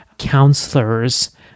counselors